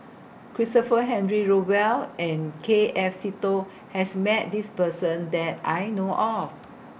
Christopher Henry Rothwell and K F Seetoh has Met This Person that I know of